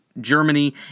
Germany